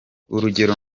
urugero